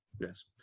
Yes